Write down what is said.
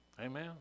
Amen